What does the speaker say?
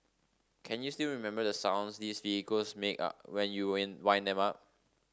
can you still remember the sounds these vehicles make when you win wind them up